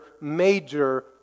major